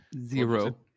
Zero